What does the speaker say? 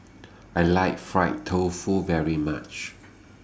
I like Fried Tofu very much